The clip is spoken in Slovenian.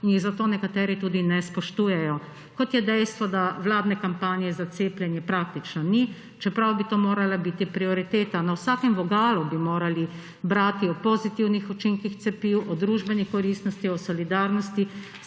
in jih zato nekateri tudi ne spoštujejo. Kot je dejstvo, da vladne kampanje za cepljenje praktično ni, čeprav bi to morala biti prioriteta. Na vsakem vogalu bi morali brati o pozitivnih učinkih cepiv, o družbeni koristnosti, o solidarnosti,